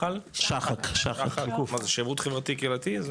מה זה שירות חברתי קהילתי?